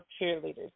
cheerleaders